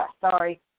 Sorry